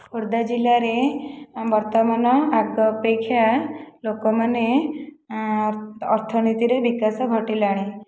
ଖୋର୍ଦ୍ଧା ଜିଲ୍ଲାରେ ବର୍ତ୍ତମାନ ଆଗ ଅପେକ୍ଷା ଲୋକମାନେ ଅର୍ଥନୀତିରେ ବିକାଶ ଘଟିଲାଣି